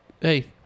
Hey